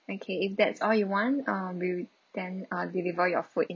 okay if that's all you want uh we'll then uh deliver your food in